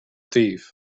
thief